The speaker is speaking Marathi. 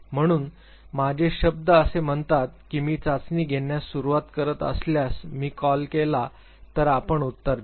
म्हणून माझे शब्द असे म्हणतात की मी चाचणी घेण्यास सुरूवात करत असल्यास मी कॉल केला तर आपण उत्तर द्या